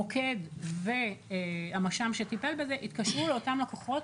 המוקד והמש"מ שטיפל בזה התקשרו לאותם לקוחות